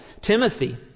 Timothy